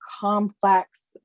complex